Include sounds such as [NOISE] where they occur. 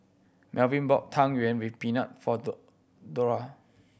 Melvin bought Tang Yuen with peanut for [UNINTELLIGIBLE] Dora